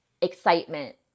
excitement